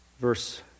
Verse